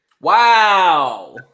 Wow